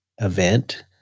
event